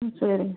ம் சரிங்க